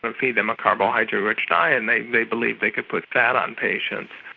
but feed them a carbohydrate rich diet and they they believed they could put fat on patients.